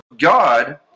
God